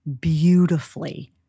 beautifully